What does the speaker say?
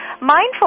mindful